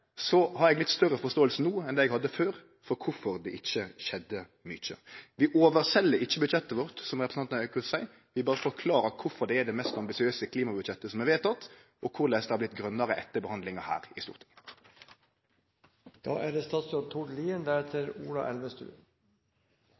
så har eg litt større forståing no enn det eg hadde før for kvifor det ikkje skjedde mykje. Vi «oversel» ikkje budsjettet vårt, som representanten Aukrust seier, vi berre forklarar kvifor det er det mest ambisiøse klimabudsjettet som er vedteke, og korleis det har vorte grønare etter behandlinga her i Stortinget. Landet fikk i fjor høst et nytt flertall. Det